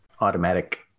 automatic